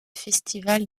festivals